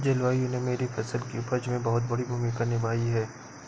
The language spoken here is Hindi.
जलवायु ने मेरी फसल की उपज में बहुत बड़ी भूमिका निभाई